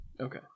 Okay